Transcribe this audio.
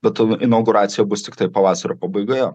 bet inauguracija bus tiktai pavasario pabaigoje